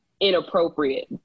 inappropriate